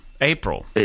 April